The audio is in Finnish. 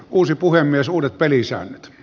uusi puhemies uudet pelisäännöt